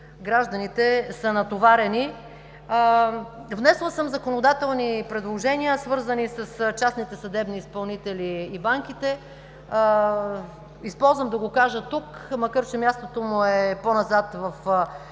гражданите са натоварени. Внесла съм законодателни предложения, свързани с частните съдебни изпълнители и банките. Използвам да го кажа тук, макар че мястото му е по-назад в доклада,